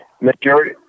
Majority